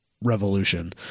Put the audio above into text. revolution